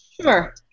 Sure